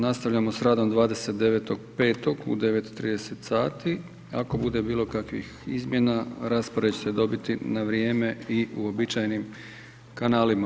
Nastavljamo sa radom 29.5. u 9,30h. Ako bude bilo kakvih izmjena rasprave ćete dobiti na vrijeme i uobičajenim kanalima.